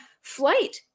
flight